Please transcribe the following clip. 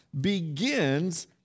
begins